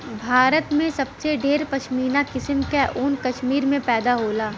भारत में सबसे ढेर पश्मीना किसम क ऊन कश्मीर में पैदा होला